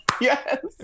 Yes